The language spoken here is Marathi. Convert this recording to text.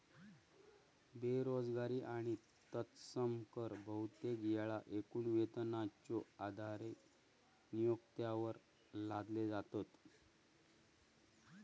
बेरोजगारी आणि तत्सम कर बहुतेक येळा एकूण वेतनाच्यो आधारे नियोक्त्यांवर लादले जातत